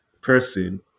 person